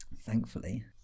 thankfully